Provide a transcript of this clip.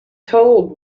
told